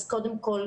אז קודם כל,